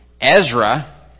Ezra